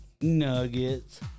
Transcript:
nuggets